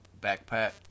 backpack